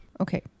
Okay